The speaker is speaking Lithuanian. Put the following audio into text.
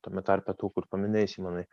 tame tarpe tų kur paminėjai simonai